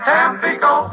Tampico